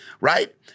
right